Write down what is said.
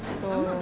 so